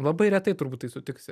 labai retai turbūt tai sutiksi